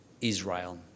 Israel